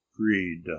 greed